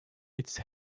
its